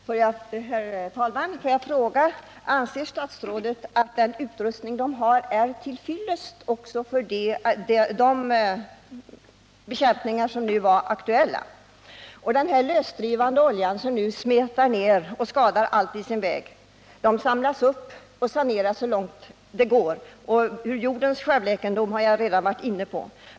Herr talman! Får jag fråga: Anser statsrådet att den utrustning de har är till fyllest också för de bekämpningar som nu var aktuella? Den lösdrivande olja som nu smetar ner och skadar allt i sin väg samlas upp, och områdena saneras så långt det går. Jordens självläkande förmåga har jag redan varit inne på.